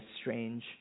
strange